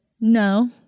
No